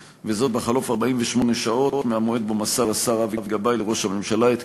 בחלוף 48 שעות מהמועד שבו מסר השר אבי גבאי לראש הממשלה את